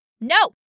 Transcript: No